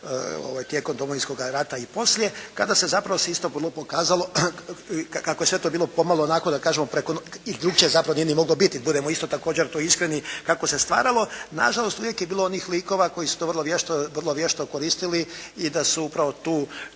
tijekom Domovinskoga rata i poslije kada se zapravo isto vrlo pokazalo kako je sve to bilo pomalo onako da kažemo preko noći, drukčije zapravo nije ni moglo biti da budemo iskreni kako se stvaralo. Nažalost, uvijek je bilo onih likova koji su to vrlo vješto koristili i da su upravo tu